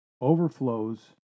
overflows